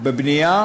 בבנייה